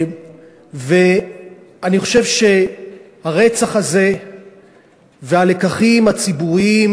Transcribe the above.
ואני חושב שהרצח הזה והלקחים הציבוריים